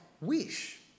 wish